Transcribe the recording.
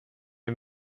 din